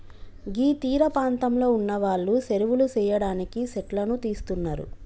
గీ తీరపాంతంలో ఉన్నవాళ్లు సెరువులు సెయ్యడానికి సెట్లను తీస్తున్నరు